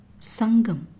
Sangam